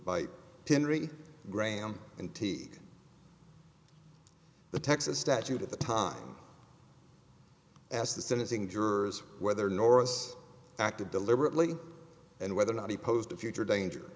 graham and t the texas statute at the time asked the sentencing jurors whether nora's acted deliberately and whether or not he posed a future danger